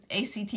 ACT